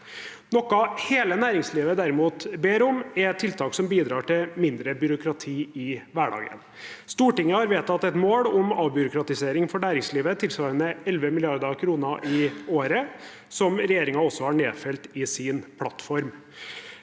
Noe hele næringslivet derimot ber om, er tiltak som bidrar til mindre byråkrati i hverdagen. Stortinget har vedtatt et mål om en avbyråkratisering for næringslivet tilsvarende 11 mrd. kr i året, som regjeringen også har nedfelt i sin plattform.